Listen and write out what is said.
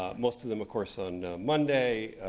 ah most of them, of course, on monday,